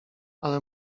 ale